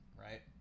right